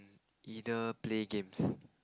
either play games